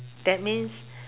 that means